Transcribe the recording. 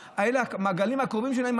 המעגלים הקרובים שלהם,